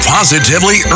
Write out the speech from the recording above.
Positively